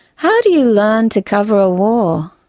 how do you learn to cover a war?